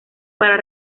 para